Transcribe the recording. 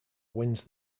wins